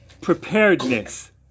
preparedness